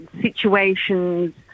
situations